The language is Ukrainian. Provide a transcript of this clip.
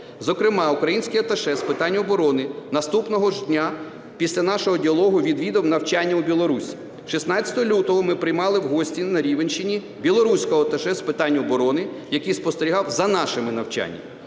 Зокрема, український аташе з питань оборони наступного ж дня після нашого діалогу відвідав навчання у Білорусі. 16 лютого ми приймали в гості на Рівненщині білоруського аташе з питань оборони, який спостерігав за нашими навчаннями.